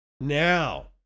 Now